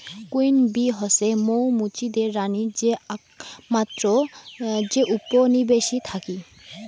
queen bee হসে মৌ মুচিদের রানী যে আকমাত্র যে উপনিবেশে থাকি